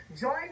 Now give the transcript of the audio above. join